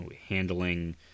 handling